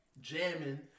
jamming